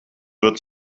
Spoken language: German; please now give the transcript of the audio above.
wird